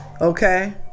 Okay